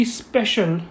special